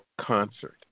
concert